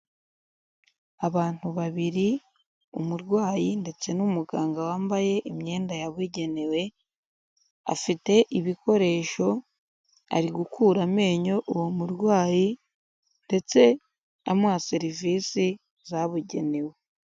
Abantu babiri, umurwayi ndetse n'umuganga wambaye imyenda yabugenewe afite ibikoresho ari gukura amenyo uwo murwayi ndetse amuha serivisi zabugenewe.